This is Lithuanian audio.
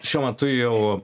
šiuo metu jau